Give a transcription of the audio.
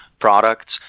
products